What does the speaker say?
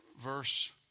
verse